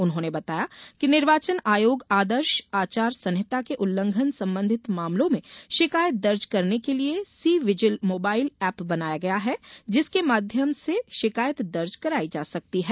उन्होंने बताया कि निर्वाचन आयोग आदर्श आचरण संहिता के उल्लंघन संबंधित मामलों में शिकायत दर्ज करने के लिये सी विजिल मोबाईल एप बनाया गया है जिसके माध्यम से शिकायत दर्ज कराई जा सकती है